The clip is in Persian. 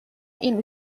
این